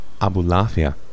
Abulafia